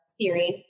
series